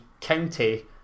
County